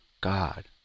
God